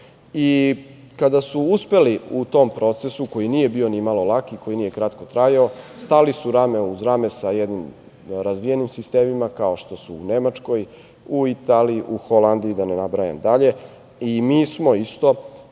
Kada su upeli u tom procesu koji nije bio ni malo lak i koji nije kratko trajao stali su rame uz rame sa jednim razvijenim sistemima, kao što su u Nemačkoj, u Italiji, u Holandiji, da ne nabrajam dalje. Mi smo isto